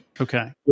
Okay